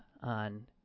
on